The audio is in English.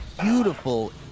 beautiful